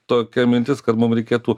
tokia mintis kad mum reikėtų